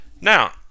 Now